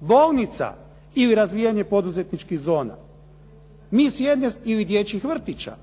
bolnica ili razvijanje poduzetničkih zona ili dječjih vrtića.